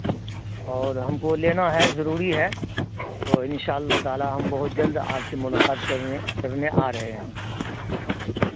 اور ہم کو لینا ہے ضروری ہے تو انشاء اللہ تعالیٰ ہم بہت جلد آپ سے ملاقات کرنے کرنے آ رہے ہیں